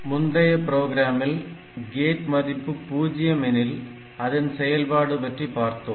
முந்தைய புரோகிராமில் கேட் மதிப்பு 0 எனில் அதன் செயல்பாடு பற்றி பார்த்தோம்